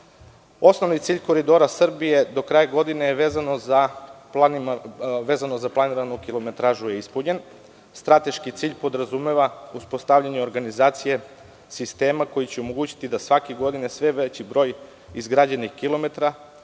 cilj „Koridora Srbije“ do kraja godine, vezano za planiranu kilometražu, je ispunjen. Strateški cilj podrazumeva uspostavljanje organizacije sistema koji će omogućiti svake godine sve veći broj izgrađenih kilometara